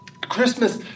Christmas